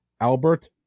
Albert